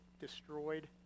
destroyed